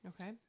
Okay